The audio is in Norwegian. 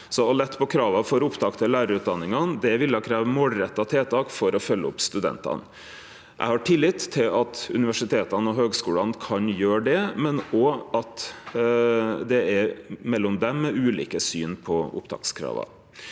Å lette på krava for opptak til lærarutdanningane ville krevje målretta tiltak for å følgje opp studentane. Eg har tillit til at universiteta og høgskulane kan gjere dette, men òg mellom dei er det ulike syn på opptakskrava.